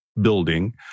building